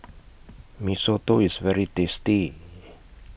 Mee Soto IS very tasty